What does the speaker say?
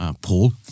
Paul